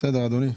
בסדר אדוני.